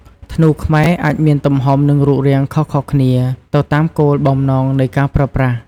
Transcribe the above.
ធ្នូខ្មែរអាចមានទំហំ និងរូបរាងខុសៗគ្នាទៅតាមគោលបំណងនៃការប្រើប្រាស់។